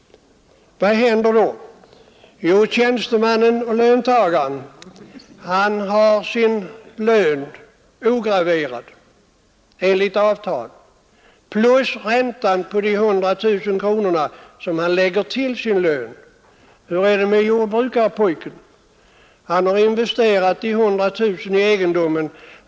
Vad händer då? Jo, tjänstemannen och löntagaren har sin lön ograverad enligt avtal plus räntan på de 100 000 kronorna som han lägger till sin lön. Hur är det med jordbrukarpojken? Han har investerat de 100 000 kronorna i egendomen.